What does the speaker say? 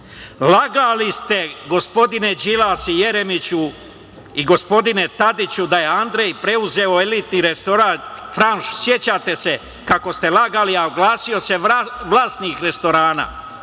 Lagali ste, gospodine Đilas i Jeremiću i gospodine Tadiću da je Andrej preuzeo elitni restoran „Franš“, sećate se kako ste lagali, a oglasio se vlasnik restorana